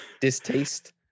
distaste